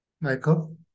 Michael